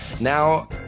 Now